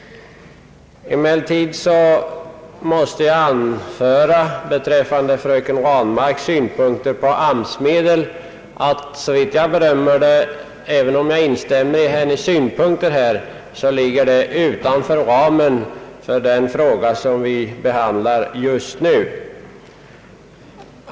Även om jag instämmer i fröken Ranmarks synpunkter måste jag anföra att detta ligger utanför ramen för den fråga vi just nu behandlar.